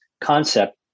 concept